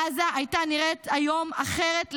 עזה הייתה נראית היום אחרת לגמרי.